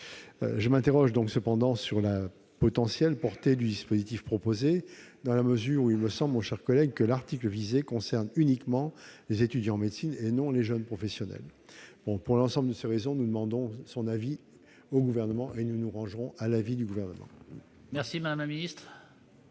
Je m'interroge cependant sur la potentielle portée du dispositif proposé, dans la mesure où il me semble, mon cher collègue, que l'article visé concerne uniquement les étudiants en médecine, et non les jeunes professionnels. Pour l'ensemble de ces raisons, la commission demande l'avis du Gouvernement, auquel elle se rangera. Quel est l'avis du Gouvernement ? Monsieur le sénateur